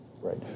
right